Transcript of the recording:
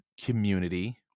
community